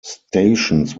stations